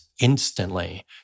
instantly